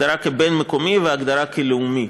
הגדרה כבין-מקומי והגדרה כלאומי.